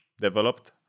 developed